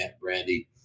brandy